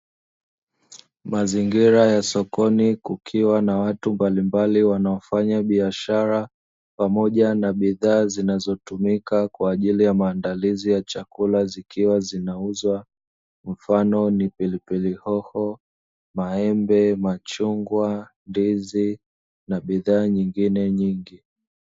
Mazingira ya sokoni kukiwa na watu mbalimbali wanaofanya biashara, pamoja na bidhaa zinazotumika kwa ajili ya maandalizi ya chakula zikiwa zinauzwa, mfano ni: pilipilihoho, maembe, machungwa, ndizi na bidhaa nyingine nyingi.